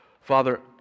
Father